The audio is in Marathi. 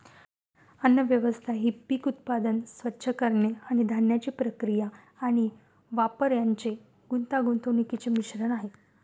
अन्नव्यवस्था ही पीक उत्पादन, स्वच्छ करणे आणि धान्याची प्रक्रिया आणि वापर यांचे गुंतागुंतीचे मिश्रण आहे